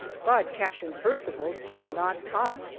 but captain percival did not come!